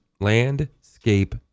Landscape